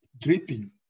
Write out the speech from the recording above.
dripping